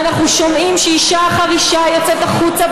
וכשאנחנו שומעים שאישה אחר אישה יוצאת החוצה,